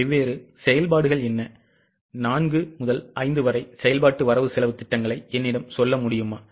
வெவ்வேறு செயல்பாடுகள் என்ன 4 5 செயல்பாட்டு வரவு செலவுத் திட்டங்களை என்னிடம் சொல்ல முடியுமா